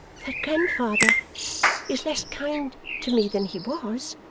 that grandfather is less kind to me than he was.